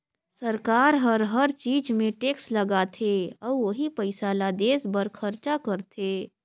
सरकार हर हर चीच मे टेक्स लगाथे अउ ओही पइसा ल देस बर खरचा करथे